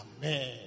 Amen